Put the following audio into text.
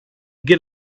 get